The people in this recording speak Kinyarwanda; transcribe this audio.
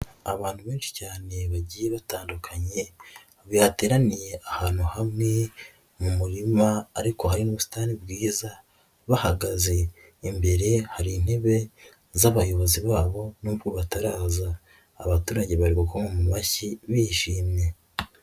Abantu benshi cyane bagiye batandukanye, bateraniye ahantu hamwe mu murima ariko harimo ubusitani bwiza, bahagaze imbere, hari intebe z'abayobozi babo nubwo batarabaza, abaturage bari gukoma mu mashyi bishimye.